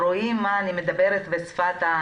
היא שקופה ורואים דרכה את השפתיים.